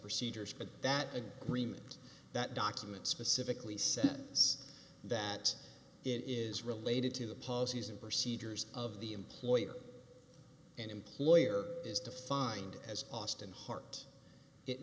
procedures but that agreement that document specifically said that it is related to the policies and procedures of the employer and employer is defined as austin heart it